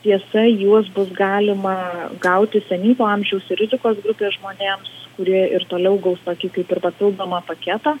tiesa juos bus galima gauti senyvo amžiaus ir rizikos grupės žmonėms kurie ir toliau gaus tokį kaip ir papildomą paketą